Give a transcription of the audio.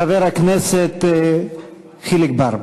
חבר הכנסת חיליק בר.